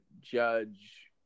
judge